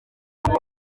kuko